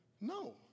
No